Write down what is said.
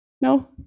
No